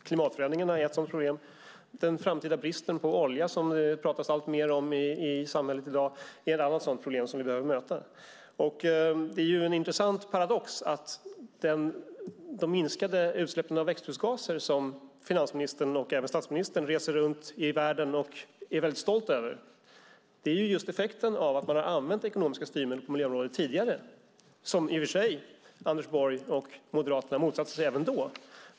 Klimatförändringarna är ett sådant problem. Den framtida bristen på olja, som det pratas alltmer om i samhället i dag, är ett annat sådant problem som vi behöver lösa. Det är en intressant paradox att de minskade utsläppen av växthusgaser, som finansministern och även statsministern reser runt i världen och är väldigt stolta över, just är effekten av att man har använt ekonomiska styrmedel på miljöområdet tidigare. I och för sig motsatte sig Anders Borg och Moderaterna dem även då.